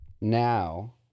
now